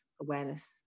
awareness